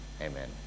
amen